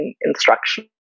instruction